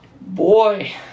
Boy